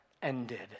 Ended